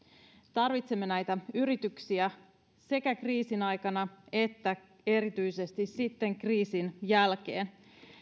tarvitsemme näitä yrityksiä sekä kriisin aikana että erityisesti sitten kriisin jälkeen